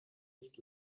nicht